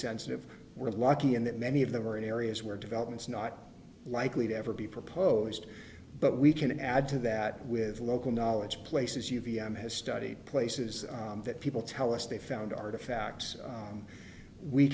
sensitive we're lucky in that many of them are in areas where developments not likely to ever be proposed but we can add to that with local knowledge places you v m has studied places that people tell us they found artifacts on we